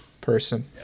person